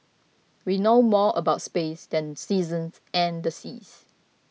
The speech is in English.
we know more about space than seasons and the seas